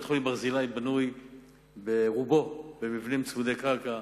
בית-חולים "ברזילי" בנוי ברובו במבנים צמודי קרקע,